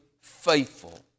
faithful